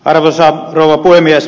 arvoisa rouva puhemies